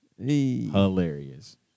Hilarious